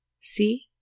See